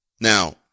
Now